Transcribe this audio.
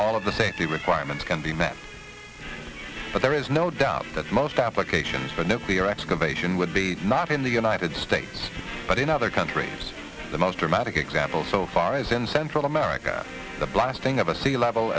all of the safety requirements can be met but there is no doubt that most applications for nuclear excavation would be not in the united states but in other countries the most dramatic example so far is in central america the blasting of a sea level